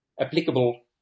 applicable